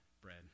bread